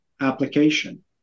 application